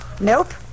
Nope